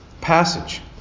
passage